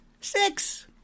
Six